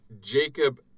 Jacob